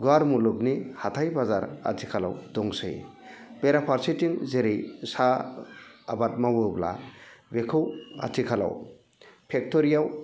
गुवार मुलुगनि हाथाय बाजार आथिखालाव दंसै बेराफारसेथिं जेरै सा आबाद मावोब्ला बेखौ आथिखालाव फेक्टरियाव